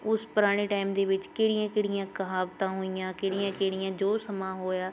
ਉਸ ਪੁਰਾਣੇ ਟਾਈਮ ਦੇ ਵਿੱਚ ਕਿਹੜੀਆਂ ਕਿਹੜੀਆਂ ਕਹਾਵਤਾਂ ਹੋਈਆਂ ਕਿਹੜੀਆਂ ਕਿਹੜੀਆਂ ਜੋ ਸਮਾਂ ਹੋਇਆ